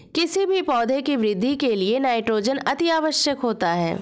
किसी भी पौधे की वृद्धि के लिए नाइट्रोजन अति आवश्यक होता है